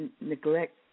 neglect